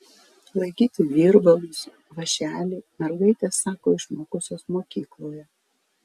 laikyti virbalus vąšelį mergaitės sako išmokusios mokykloje